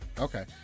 Okay